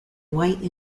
white